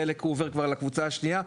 חלק הוא עובר כבר לקבוצה השנייה.